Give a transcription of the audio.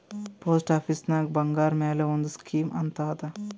post ಆಫೀಸ್ನಾಗ್ ಬಂಗಾರ್ ಮ್ಯಾಲ ಒಂದ್ ಸ್ಕೀಮ್ ಅಂತ್ ಅದಾ